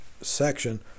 section